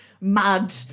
mad